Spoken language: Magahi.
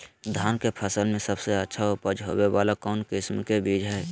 धान के फसल में सबसे अच्छा उपज होबे वाला कौन किस्म के बीज हय?